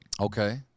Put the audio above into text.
Okay